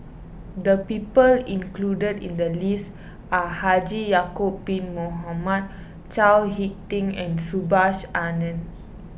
the people included in the list are Haji Ya'Acob Bin Mohamed Chao Hick Tin and Subhas Anandan